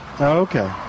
okay